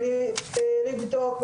לבדוק,